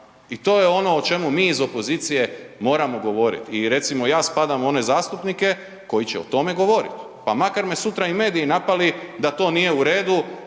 I to je ono o čemu mi iz opozicije moramo govorit i recimo ja spadam u one zastupnike koji će o tome govorit pa makar me sutra i mediji napali da to nije u redu